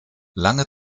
lange